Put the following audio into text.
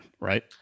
right